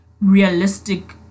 realistic